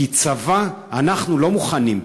כי כצבא אנחנו לא מוכנים,